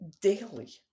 daily